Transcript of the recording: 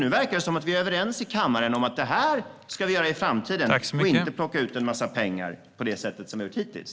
Nu verkar det som att vi är överens i kammaren om att vi ska göra på det sättet i framtiden och inte plocka ut en massa pengar på det sätt som har gjorts hittills.